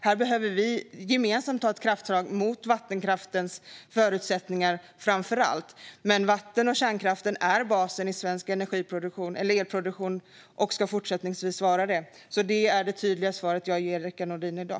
Här behöver vi gemensamt ta krafttag, framför allt för vattenkraftens förutsättningar. Vattenkraften och kärnkraften är basen i svensk elproduktion och ska fortsätta att vara det. Detta är det tydliga svar jag ger Rickard Nordin i dag.